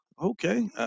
Okay